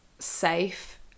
safe